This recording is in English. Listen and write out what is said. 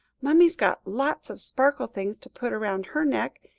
mummy's got lots of sparkle things to put round her neck,